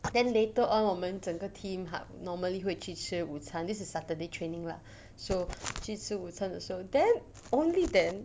then later on 我们整个 team !huh! normally 会去吃午餐 this is saturday training lah so 去吃午餐的时候 then only then